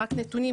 רק נתונים,